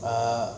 err